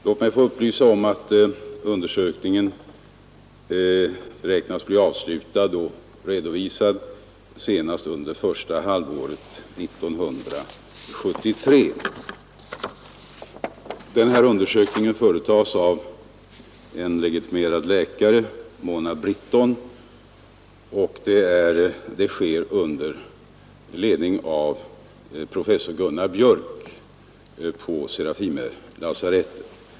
Låt mig få upplysa om att undersökningen beräknas bli avslutad och redovisad senast under första halvåret 1973. Undersökningen företas av en legitimerad läkare, Mona Britton, och sker under ledning av professor Gunnar Björck på Serafimerlasarettet.